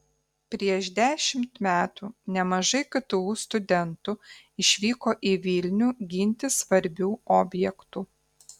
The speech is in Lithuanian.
prieš dešimt metų nemažai ktu studentų išvyko į vilnių ginti svarbių objektų